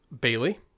Bailey